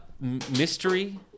Mystery